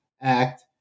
act